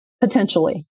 potentially